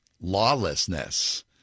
Lawlessness